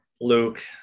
Luke